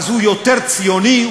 אז הוא יותר ציוני,